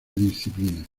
disciplina